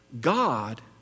God